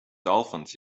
dolphins